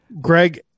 Greg